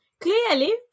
clearly